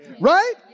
Right